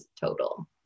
total